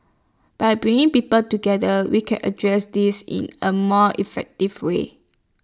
by bringing people together we can address this in A more effective way